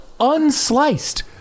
unsliced